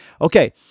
Okay